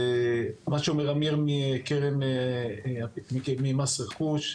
מה שאומר אמיר ממס רכוש.